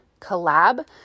collab